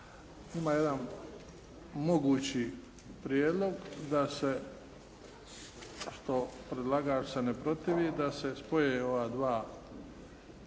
Ima jedan mogući prijedlog da se što predlagač se ne protivi da se spoje ova dva zakona